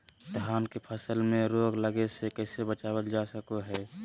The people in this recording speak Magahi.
धान के फसल में रोग लगे से कैसे बचाबल जा सको हय?